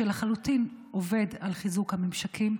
שלחלוטין עובד על חיזוק הממשקים,